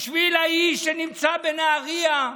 בשביל האיש שנמצא בנהריה,